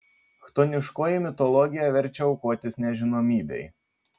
chtoniškoji mitologija verčia aukotis nežinomybei